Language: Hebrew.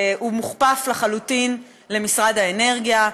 הוא מוכפף לחלוטין למשרד האנרגיה,